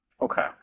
Okay